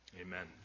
Amen